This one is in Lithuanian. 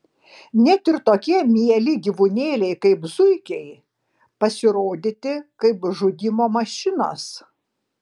net ir tokie mieli gyvūnėliai kaip zuikiai pasirodyti kaip žudymo mašinos